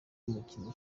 umukinnyi